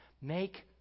make